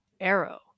Arrow